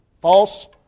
False